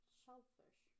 shellfish